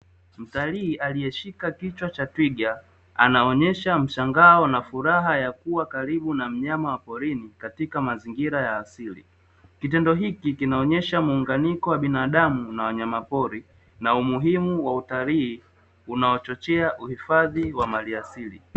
Mtalii aliyeshika kichwa cha twiga anaonyesha mshangao na furaha ya kuwa karibu na mnyama wa porini katika mazingira ya asili, kitendo hiki kinaonyesha muunganiko wa binadamu na wanyamapori, na umuhimu wa utalii unaochochea uhifadhi wa maliasili.